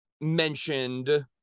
mentioned